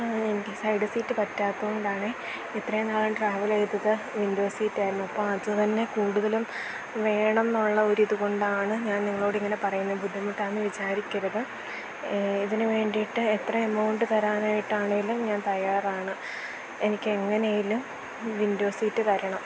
എനിക്ക് side seat പറ്റാത്തത് കൊണ്ടാണേ ഇത്രയും നാളും ട്രാവല് ചെയ്തത് വിൻഡോ സീറ്റ് ആയിരുന്നു അപ്പം അത് തന്നെ കൂടുതലും വേണമെന്നുള്ള ഒരിത് കൊണ്ടാണ് ഞാൻ നിങ്ങളോട് ഇങ്ങനെ പറയുന്നത് ബുദ്ധിമുട്ടാണെന്ന് വിചാരിക്കരുത് ഇതിന് വേണ്ടിയിട്ട് എത്ര എമൗണ്ട് തരാനായിട്ടാണെങ്കിലും ഞാൻ തയ്യാറാണ് എനിക്ക് എങ്ങനെയെങ്കിലും വിൻഡോ സീറ്റ് തരണം